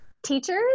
Teachers